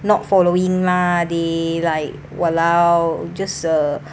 not following lah they like !walao! just uh